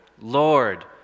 Lord